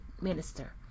minister